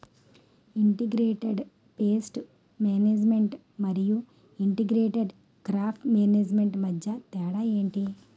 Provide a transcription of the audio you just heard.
integrated pest management మరియు integrated crop management మధ్య తేడా ఏంటి